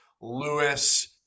Lewis